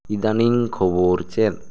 ᱤᱫᱟᱱᱤᱝ ᱠᱷᱚᱵᱚᱨ ᱪᱮᱫ